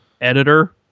editor